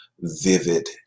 vivid